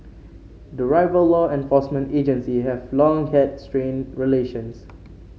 the rival law enforcement agency have long had strained relations